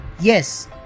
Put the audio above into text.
Yes